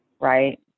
right